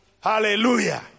Hallelujah